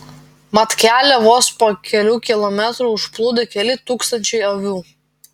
mat kelią vos po kelių kilometrų užplūdo keli tūkstančiai avių